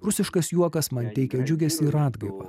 rusiškas juokas man teikia džiugesį ir atgaivą